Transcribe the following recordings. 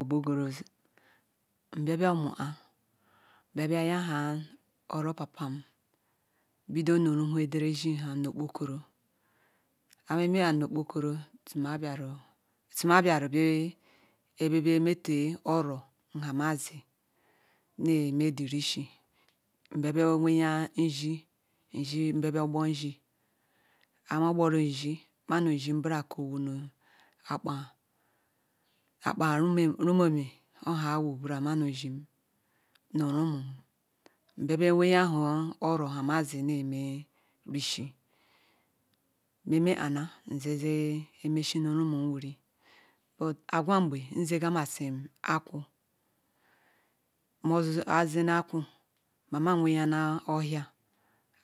obikoro zie mbia bor mu ah mbia bia yaha oro papam bido nu ru edere ze no obokoro nhia me me ah nu obokoro suma biara ha bea mete oro nga mizi be me rishie mbia bor whahia idere zi mbia gbor izie ham mo gboru izie mamim iziem nbura kowu nu akpa Remuame oba mama nziem wu nu rumum nbia bea nwahia ha oro nha ma zi neme rishie me me ana nzeme shinu rumem wiri Agwa nburile nzi gama sim akoa azene akwa mamam nwchiala ohia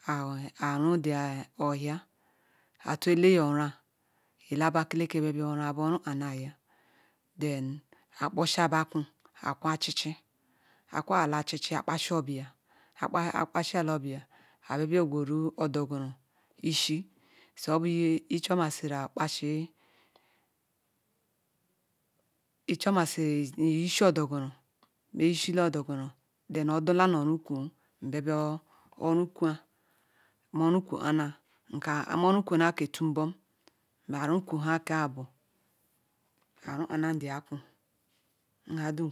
ara ohia ata ele nye orua ele cbakelela rua bar ruana akwu sa biaakwa machie chie akeasie akpasia obie okpasida obia abia gworu odogoru akpesi yishi odogira odula nu oruoru ibia rukwea nwru kwona mo Ruku ona ke otu ubom nbia rukwoha ka abo anu ame aku n ha dam